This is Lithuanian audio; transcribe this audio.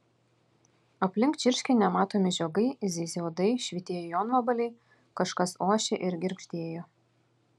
aplink čirškė nematomi žiogai zyzė uodai švytėjo jonvabaliai kažkas ošė ir girgždėjo